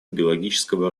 биологического